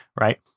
right